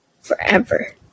forever